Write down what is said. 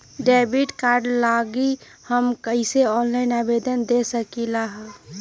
Debit card लागी हम कईसे ऑनलाइन आवेदन दे सकलि ह?